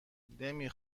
نمی